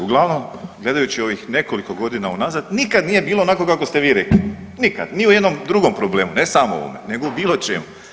Uglavnom gledajući ovih nekoliko godina unazad nikad nije bilo onako kako ste vi rekli, nikad ni u jednom drugom problemu ne samo u ovome, nego u bilo čemu.